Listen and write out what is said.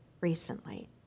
recently